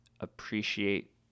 Appreciate